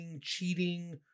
cheating